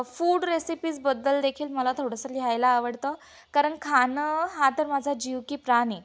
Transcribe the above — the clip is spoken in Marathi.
फूड रेसिपीजबद्दल देखील मला थोडंसं लिहायला आवडतं कारण खाणं हा तर माझा जीव की प्राण आहे